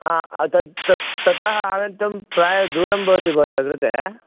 आ तत् तस् ततः आगन्तं प्राय दूरं भवति भवतः कृते